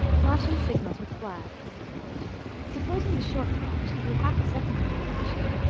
flashing signals, with flags supposing the short flash to be half a second in duration,